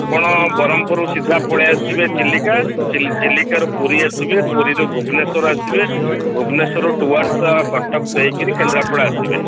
ଆପଣ ବ୍ରହ୍ମପୁର ସିଧା ପଳାଇ ଆସିବେ ଚିଲିକା ଚିଲିକାରୁ ପୁରୀ ଆସିବେ ପୁରୀରୁ ଭୁବନେଶ୍ୱର ଆସିବେ ଭୁବନେଶ୍ୱରରୁ ଟୁୱାର୍ଡସ୍ କଟକ ଦେଇ କରି କେନ୍ଦ୍ରାପଡ଼ା ଆସିବେ